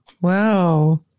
wow